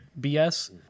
BS